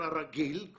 אני אתן את הדין על זה.